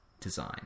design